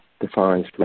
defines